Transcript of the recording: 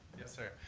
yes sir,